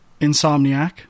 Insomniac